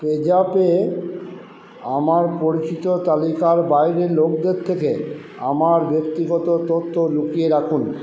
পেজ্যাপে আমার পরিচিত তালিকার বাইরের লোকদের থেকে আমার ব্যক্তিগত তথ্য লুকিয়ে রাখুন